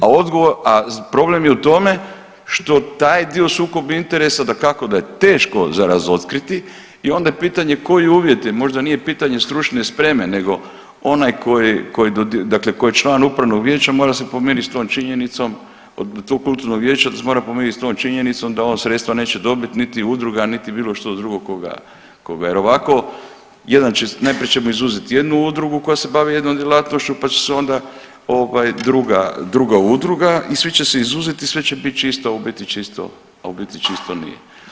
A odgovor, a problem je u tome što taj dio sukob interesa dakako da je teško za razotkriti i onda je pitanje koji uvjet je, možda nije pitanje stručne spreme nego onaj koji, dakle koji je član upravnog vijeća mora se po meni s tom činjenicom, to kulturno vijeće mora se pomiriti s tom činjenicom da on sredstva neće dobiti, niti udruga, niti bilo što drugo, tko ga, tko ga, jer ovako jedan će, najprije ćemo izuzeti jednu udrugu koja se bavi jednom djelatnošću pa će se onda ovaj druga, druga udruga i svi će se izuzeti i svi će biti čisto, a u biti čisto, a u biti čisto nije.